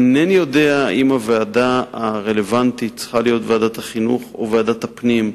אינני יודע אם הוועדה הרלוונטית צריכה להיות ועדת החינוך או ועדת הפנים.